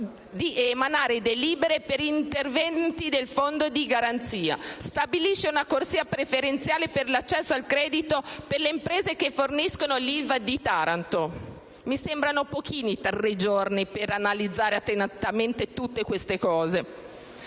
emanare delibere per interventi sul fondo di garanzia; stabilisce una corsia preferenziale per l'accesso al credito per le imprese che forniscono l'ILVA di Taranto. Mi sembrano pochini tre giorni per analizzare attentamente tutte queste cose.